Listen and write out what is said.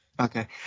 Okay